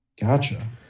Gotcha